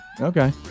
Okay